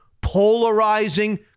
polarizing